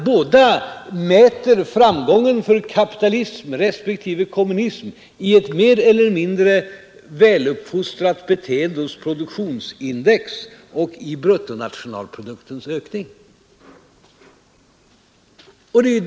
Båda mäter framgången för kapitalism respektive kommunism i ett mer eller mindre väluppfostrat beteende hos produktionsindex och i bruttonationalproduktens ökning.